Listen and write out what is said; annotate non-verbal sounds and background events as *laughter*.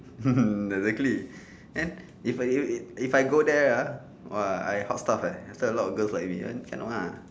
*noise* exactly and if I you it if I go there ah !wah! I hot stuff eh after a lot of girls like me then cannot ah